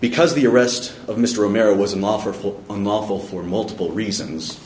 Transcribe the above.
because the arrest of mr romero was an offer for unlawful for multiple reasons